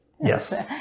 Yes